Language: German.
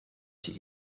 sie